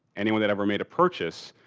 anyone that ever made a purchase.